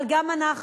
אבל גם אנחנו,